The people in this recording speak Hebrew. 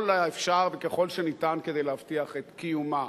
האפשר וככל שניתן כדי להבטיח את קיומה.